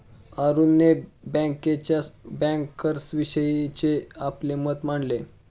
अरुणने बँकेच्या बँकर्सविषयीचे आपले मत मांडले